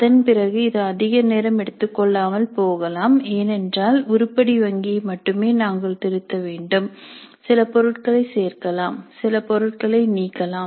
அதன்பிறகு இது அதிக நேரம் எடுத்துக்கொள்ளாமல் போகலாம் ஏனென்றால் உருப்படி வங்கியை மட்டுமே நாங்கள் திருத்த வேண்டும் சில பொருட்களைச் சேர்க்கலாம் சில பொருட்களை நீக்கலாம்